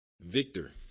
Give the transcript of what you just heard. Victor